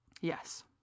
Yes